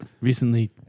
recently